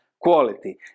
quality